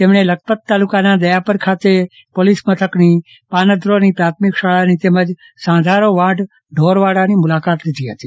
તેમણે લખપત તાલુકાના દયાપર ખાતે પોલીસ મથકની પાન્દ્રોની પ્રાથમિક શાળાની તેમજ સાંધારો વાંઢ ઢોરવાડાની મુલાકાત લીધી હતી